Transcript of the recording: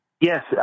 Yes